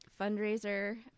fundraiser